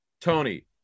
Tony